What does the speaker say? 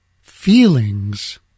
Feelings